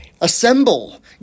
assemble